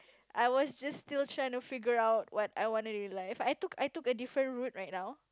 I was just still trying to figure out what I want to do in life I took I took a different route right now